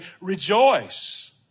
Rejoice